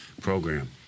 program